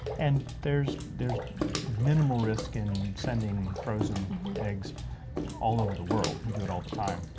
and there's there's minimal risk in sending frozen eggs all over the world, we do it all the time.